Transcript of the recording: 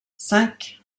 cinq